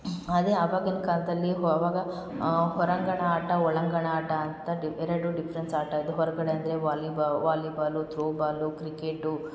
ಅದೇ ಆವಾಗಿನ ಕಾಲದಲ್ಲಿ ಹೊ ಆವಾಗ ಹೊರಾಂಗಣ ಆಟ ಒಳಾಂಗಣ ಆಟ ಅಂತ ಡಿವ್ ಎರಡು ಡಿಫ್ರೆನ್ಸ್ ಆಟ ಇದು ಹೊರಗಡೆ ಅಂದರೆ ವಾಲಿಬ ವಾಲಿಬಾಲು ತ್ರೋಬಾಲು ಕ್ರಿಕೇಟು